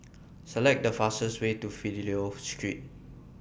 Select The fastest Way to Fidelio Street